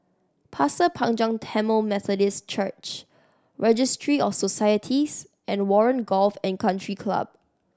Pasir Panjang Tamil Methodist Church Registry of Societies and Warren Golf and Country Club